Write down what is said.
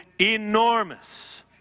enormous